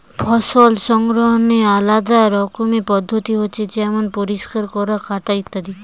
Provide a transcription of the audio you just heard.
ফসল সংগ্রহনের আলদা রকমের পদ্ধতি হতিছে যেমন পরিষ্কার করা, কাটা ইত্যাদি